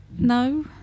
No